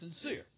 sincere